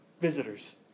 visitors